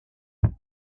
and